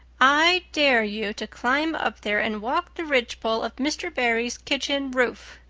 i dare you to climb up there and walk the ridgepole of mr. barry's kitchen roof.